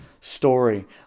story